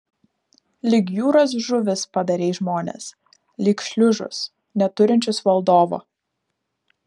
lyg jūros žuvis padarei žmones lyg šliužus neturinčius valdovo